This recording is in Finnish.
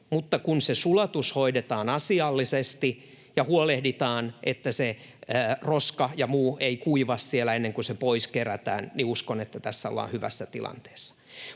Mutta kun se sulatus hoidetaan asiallisesti ja huolehditaan, että se roska ja muu ei kuivu siellä ennen kuin se pois kerätään, niin uskon, että tässä ollaan hyvässä tilanteessa.